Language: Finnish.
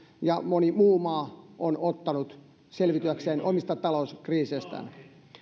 ja moni muu maa ovat ottaneet selviytyäkseen omista talouskriiseistään